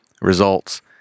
results